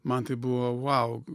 man tai buvo vau